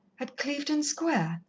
at clevedon square?